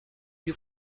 you